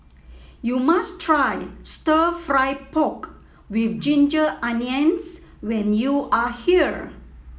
you must try stir fry pork with Ginger Onions when you are here